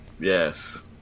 Yes